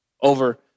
over